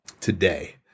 today